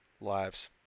lives